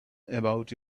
about